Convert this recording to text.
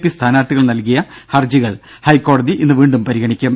P സ്ഥാനാർത്ഥികൾ നൽകിയ ഹർജികൾ ഹൈക്കോടതി ഇന്ന് വീണ്ടും പരിഗണിക്കും